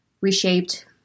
reshaped